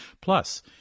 Plus